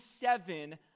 seven